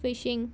fishing